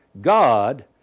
God